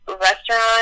restaurant